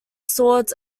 swords